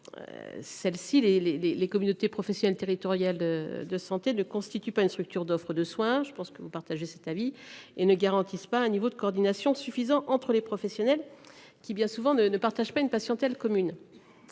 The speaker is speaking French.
les les les les communautés professionnelles territoriales de santé de constitue pas une structure d'offre de soins. Je pense que vous partagez cet avis et ne garantissent pas un niveau de coordination suffisant entre les professionnels qui bien souvent ne ne partage pas une passion telle commune.